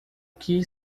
que